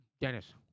Dennis